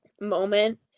moment